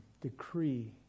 decree